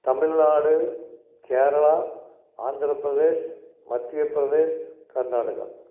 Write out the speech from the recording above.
Tamil Nadu Kerala Andhra Pradesh Madhya Pradesh Karnataka